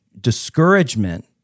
discouragement